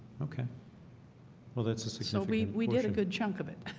okay well, that's a so we we did a good chunk of it.